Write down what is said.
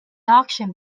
auction